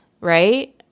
Right